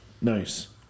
Nice